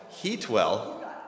Heatwell